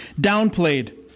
downplayed